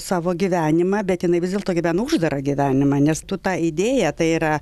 savo gyvenimą bet jinai vis dėlto gyveno uždarą gyvenimą nes tu tą idėją tai yra